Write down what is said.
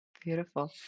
beautiful